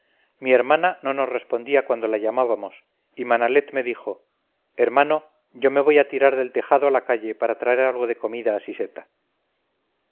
mi hermana no nos respondía cuando la llamábamos y manalet me dijo hermano yo me voy a tirar del tejado a la calle para traer algo de comida a